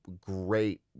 great